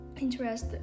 interest